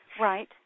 Right